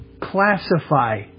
classify